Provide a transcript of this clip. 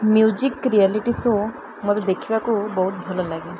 music reality show ମୋତେ ଦେଖିବାକୁ ବହୁତ ଭଲ ଲାଗେ